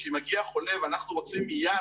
כשמגיע חולה ואנחנו רוצים מייד,